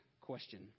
question